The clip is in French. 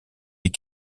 des